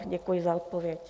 Děkuji za odpověď.